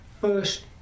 First